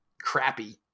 crappy